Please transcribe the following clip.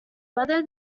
whether